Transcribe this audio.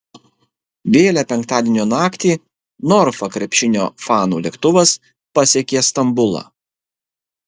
vėlią penktadienio naktį norfa krepšinio fanų lėktuvas pasiekė stambulą